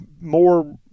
more